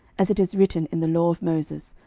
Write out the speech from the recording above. as it is written in the law of moses,